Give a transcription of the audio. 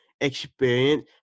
experience